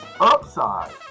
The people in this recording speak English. upside